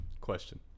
Question